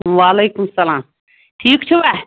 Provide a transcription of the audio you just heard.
وعلیکُم السَلام ٹھیٖک چھُوا